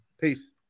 Peace